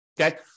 Okay